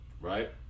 Right